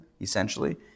essentially